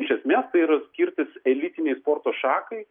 iš esmės tai yra kirtis elitinei sporto šakai